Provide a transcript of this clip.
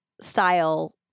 style